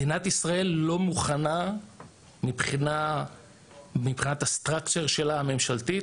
מדינת ישראל לא מוכנה מבחינת הסטרקצ'ר שלה הממשלתית,